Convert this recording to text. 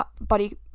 body